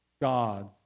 God's